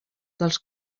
dels